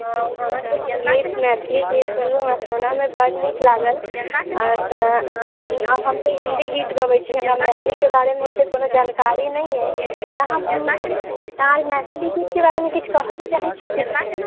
हँ अहाँके हम गीत मैथिली गीत सुनलहुँ सुनैमे बहुत नीक लागल तऽ अहाँ हम तऽ हिन्दी गीत गबै छी हमरा मैथिलीके बारेमे ओतेक कोनो जानकारि नहि अछि तऽ अहाँ मैथिली गीतके बारेमे किछु कहैके चाहै छी किछु